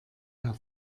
der